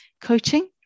coaching